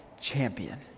champion